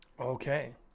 okay